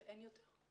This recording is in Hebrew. אין יותר.